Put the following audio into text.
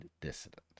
dissident